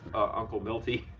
uncle milty,